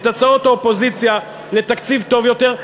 את הצעות האופוזיציה לתקציב טוב יותר.